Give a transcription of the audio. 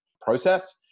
process